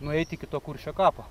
nueit iki to kuršio kapo